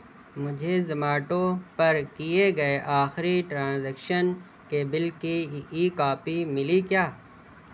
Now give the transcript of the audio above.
مجھے زمیٹو پر کیے گئے آخری ٹرازیکشن کے بل کی ای کاپی ملی کیا